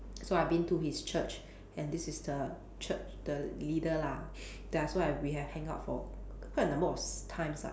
so I've been to his church and this is the church the leader lah that also I've we have hang out for quite a number of s~ times lah